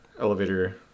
elevator